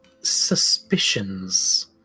suspicions